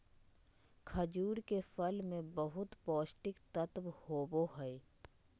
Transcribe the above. खजूर के फल मे बहुत पोष्टिक तत्व होबो हइ